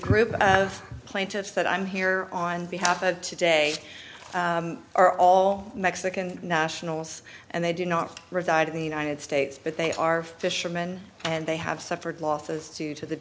group of plaintiffs that i'm here on behalf of today are all mexican nationals and they do not reside in the united states but they are fisherman and they have suffered losses due to the